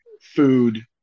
food